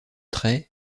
trait